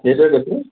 সেইটোৱেই কৈছোঁ